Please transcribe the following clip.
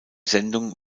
sendung